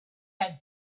had